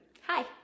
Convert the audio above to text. Hi